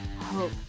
hope